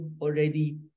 already